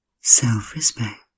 self-respect